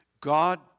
God